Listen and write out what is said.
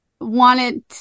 wanted